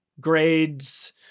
grades